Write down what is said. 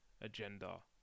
agenda